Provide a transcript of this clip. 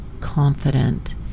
confident